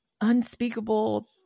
unspeakable